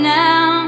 now